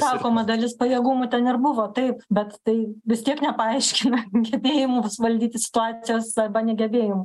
sakoma dalis pajėgumų ten ir buvo taip bet tai vis tiek nepaaiškina gebėjimų valdyti situacijos arba negebėjimų